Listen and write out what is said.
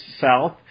south